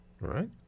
Right